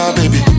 baby